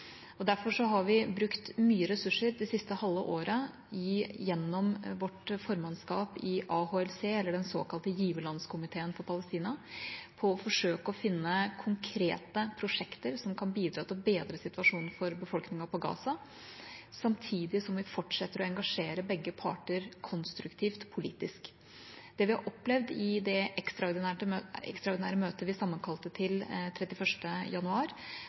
Derfor har vi det siste halve året brukt mange ressurser gjennom vårt formannskap i AHLC, den såkalte giverlandskomiteen for Palestina, på å forsøke å finne konkrete prosjekter som kan bidra til å bedre situasjonen for befolkningen på Gaza, samtidig som vi fortsetter å engasjere begge parter konstruktivt politisk. Det vi opplevde i det ekstraordinære møtet vi sammenkalte til 31. januar,